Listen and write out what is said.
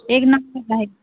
एक नंबर रहेगी